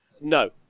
No